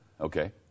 Okay